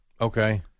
Okay